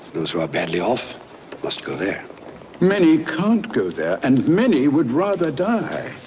those who are badly off must go there many can't go there, and many would rather die